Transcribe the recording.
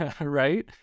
right